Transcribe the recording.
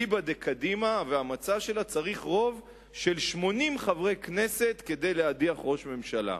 אליבא דקדימה והמצע שלה צריך רוב של 80 חברי כנסת כדי להדיח ראש ממשלה.